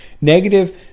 Negative